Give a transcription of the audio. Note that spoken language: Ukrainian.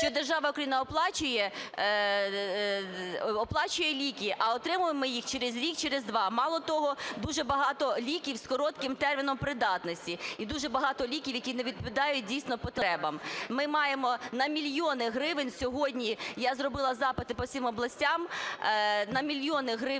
держава Україна оплачує ліки, а отримаємо ми через рік, через два. Мало того, дуже багато ліків з коротким терміном придатності і дуже багато ліків, які не відповідають, дійсно, потребам. Ми маємо на мільйони гривень сьогодні - я зробила запити по всім областям, - на мільйони гривень